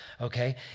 Okay